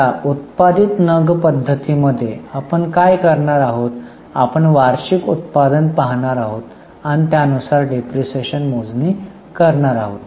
आता उत्पादित नग पद्धतीमध्ये आपण काय करणार आहोत आपण वार्षिक उत्पादन पाहणार आहोत आणि त्यानुसार डिप्रीशीएशन मोजणी करणार आहोत